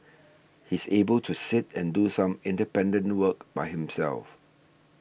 he's able to sit and do some independent work by himself